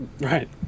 Right